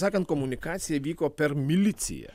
sakant komunikacija vyko per miliciją